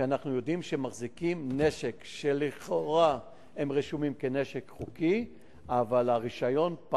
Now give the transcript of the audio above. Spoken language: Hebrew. כי אנחנו יודעים שמחזיקים נשק שלכאורה רשום כנשק חוקי אבל הרשיון,